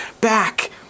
back